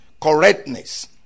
Correctness